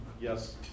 yes